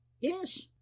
Yes